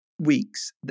weeks